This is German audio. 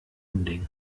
unding